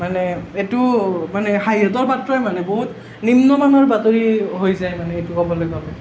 মানে এইটো মানে হাঁহিয়াতৰ পাত্ৰই মানে বহুত নিম্নমানৰ বাতৰি হৈ যায় মানে এইটো ক'বলৈ গ'লে